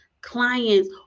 clients